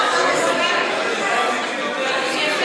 איך הוא קרא, שורפי